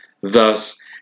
thus